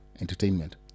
entertainment